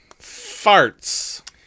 Farts